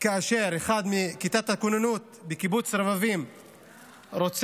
כאשר אחד מכיתת הכוננות בקיבוץ רתמים רוצח